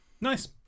Nice